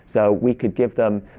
so we could give them.